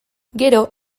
gero